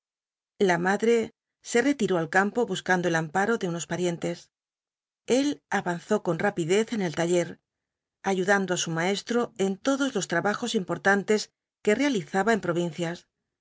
la madre se retiró al campo buscando el amparo de unos parientes el avanzó con rapidez en el taller ay udaiido á su maestro en todos los trabajos importantes que realizaba en provincias